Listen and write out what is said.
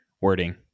wording